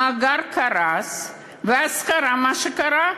המאגר קרס, ואז קרה מה שקרה.